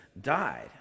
died